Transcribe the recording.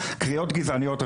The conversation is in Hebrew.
קריאות גזעניות.